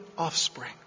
offspring